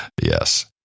Yes